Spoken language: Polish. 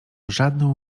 żadną